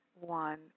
one